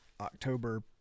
October